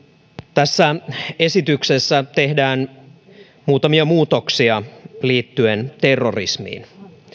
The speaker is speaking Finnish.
tässä esityksessä tehdään muutamia muutoksia liittyen terrorismiin